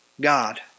God